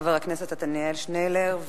תודה רבה לחבר הכנסת עתניאל שנלר.